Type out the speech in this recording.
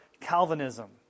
Calvinism